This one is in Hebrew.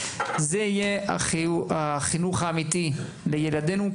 זה יהיה החינוך האמיתי לילדנו,